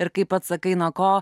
ir kaip pats sakai nuo ko